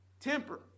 temper